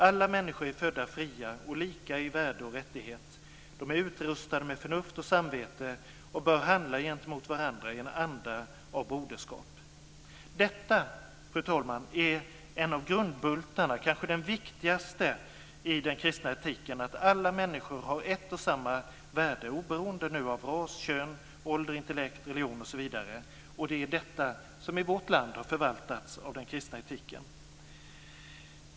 "Alla människor är födda fria och lika i värde och rättigheter. De är utrustade med förnuft och samvete och bör handla gentemot varandra i en anda av broderskap." Detta, fru talman, är en av grundbultarna - kanske den viktigaste - i den kristna etiken. Alla människor har ett och samma värde oberoende av ras, kön, ålder, intellekt, religion osv. Det är detta som i vårt land har förvaltats av den kristna etiken.